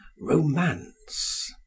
romance